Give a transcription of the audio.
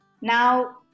now